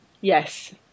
yes